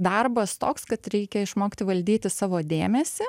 darbas toks kad reikia išmokti valdyti savo dėmesį